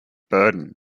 burden